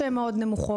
שהן מאוד נמוכות,